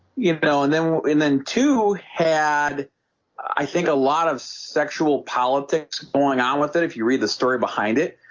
you and know and then and then to had i think a lot of sexual politics going on with it if you read the story behind it